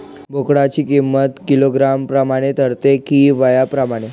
बोकडाची किंमत किलोग्रॅम प्रमाणे ठरते कि वयाप्रमाणे?